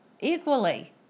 equally